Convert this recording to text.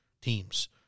teams